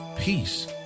peace